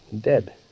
dead